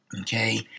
Okay